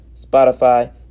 Spotify